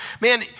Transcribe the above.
man